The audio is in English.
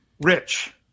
Rich